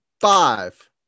Five